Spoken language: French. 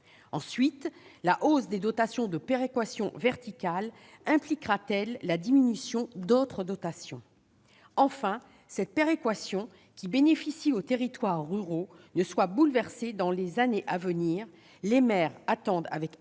Ensuite, la hausse des dotations de péréquation verticale impliquera-t-elle la diminution d'autres dotations ? Enfin, cette péréquation, qui bénéficie aux territoires ruraux, sera-t-elle bouleversée dans les années à venir ? Les maires attendent en effet